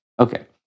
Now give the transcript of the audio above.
Okay